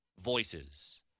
Voices